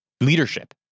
leadership